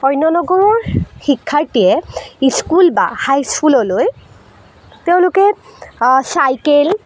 অন্য নগৰৰ শিক্ষাৰ্থীয়ে স্কুল বা হাইস্কুললৈ তেওঁলোকে চাইকেল